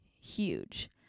huge